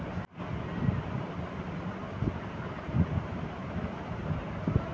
कागज के बरबादी से प्राकृतिक साधनो पे दवाब बढ़ै छै